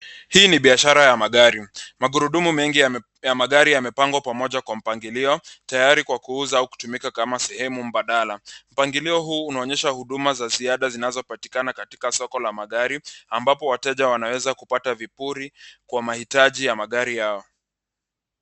Hii ni biashara ya magari. Magurudumu mengi ya magari yamepangwa pamoja kwa mpangilio tayari kwa kuuza au kutumika kama sehemu mbadala. Mpangilio huu unaonyesha huduma za ziada zinazopatikana katika soko la magari ambapo wateja wanaweza kupata vipuri kwa mahitaji ya magari yao.